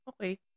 Okay